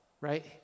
right